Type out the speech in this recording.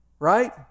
Right